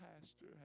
pastor